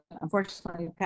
unfortunately